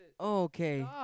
okay